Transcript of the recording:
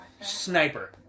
Sniper